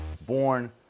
born